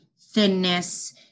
thinness